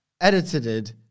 edited